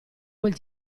quel